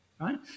right